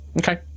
okay